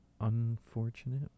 unfortunate